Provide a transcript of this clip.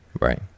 Right